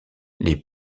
les